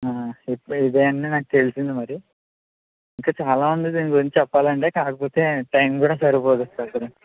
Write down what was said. ఇదే అండి నాకు తెలిసింది మరి ఇంకా చాలా ఉంది దీని గురించి చెప్పాలంటే కాకపోతే టైం కూడా సరిపోదు అసలు